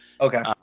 Okay